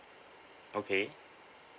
okay